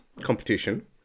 competition